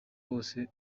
bose